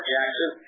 Jackson